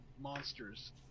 monsters